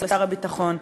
לשר הביטחון.